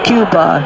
Cuba